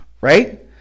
Right